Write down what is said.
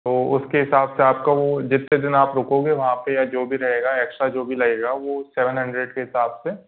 तो उसके हिसाब से आप का वो जितने दिन आप रुकोगे वहाँ पर या जो भी रहेगा एक्स्ट्रा जो भी लगेगा वो सेवन हंड्रेड के हिसाब से